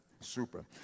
super